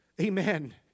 Amen